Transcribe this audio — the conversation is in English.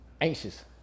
Anxious